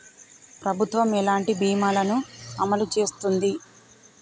ప్రభుత్వం ఎలాంటి బీమా ల ను అమలు చేస్తుంది?